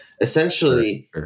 Essentially